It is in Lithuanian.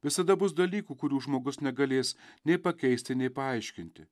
visada bus dalykų kurių žmogus negalės nei pakeisti nei paaiškinti